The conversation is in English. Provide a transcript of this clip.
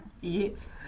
Yes